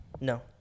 No